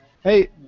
hey